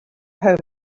home